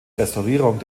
restaurierung